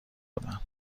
بودند